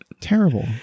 Terrible